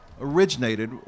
originated